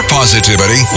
positivity